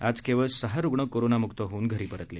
आज केवळ सहा रुग्ण कोरोनामुक्त होऊन घरी परतले